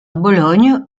bologne